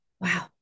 Wow